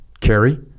Carrie